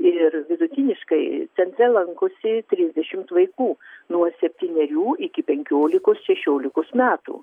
ir vidutiniškai centre lankosi trisdešimt vaikų nuo septynerių iki penkiolikos šešiolikos metų